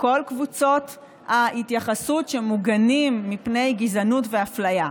כל קבוצות ההתייחסות, שמוגנים מפני גזענות ואפליה.